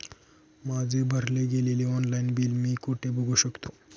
माझे भरले गेलेले ऑनलाईन बिल मी कुठे बघू शकतो?